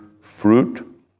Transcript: fruit